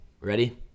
ready